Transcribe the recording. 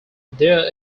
there